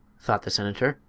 thought the senator,